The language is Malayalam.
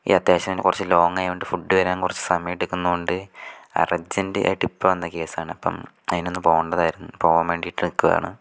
എനിക്ക് അത്യാവശ്യമായത് കൊണ്ട് കുറച്ച് ലോങ്ങ് ആയതു കൊണ്ട് ഫുഡ് വരാൻ കുറച്ച് സമയം എടുക്കുന്നത് കൊണ്ട് അർജന്റായിട്ട് ഇപ്പം വന്ന കേസാണ് അപ്പം അതിനൊന്ന് പോകേണ്ടതായിരുന്നു പോകാൻ വേണ്ടിയിട്ട് നിൽക്കുകയാണ്